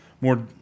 more